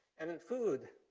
and in food,